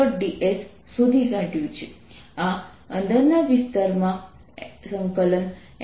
ds શોધી કાઢ્યું છે આ અંદરના વિસ્તારમાં M